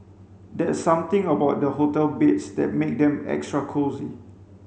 there's something about the hotel beds that make them extra cosy